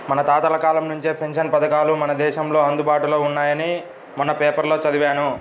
మన తాతల కాలం నుంచే పెన్షన్ పథకాలు మన దేశంలో అందుబాటులో ఉన్నాయని మొన్న పేపర్లో చదివాను